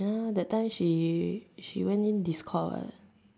ya that time she she went in discord eh